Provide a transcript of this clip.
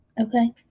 Okay